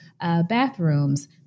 bathrooms